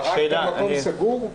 רק במקום סגור?